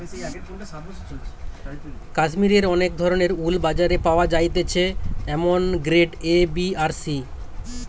কাশ্মীরের অনেক ধরণের উল বাজারে পাওয়া যাইতেছে যেমন গ্রেড এ, বি আর সি